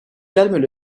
calment